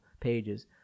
pages